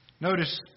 Notice